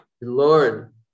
lord